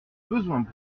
besoin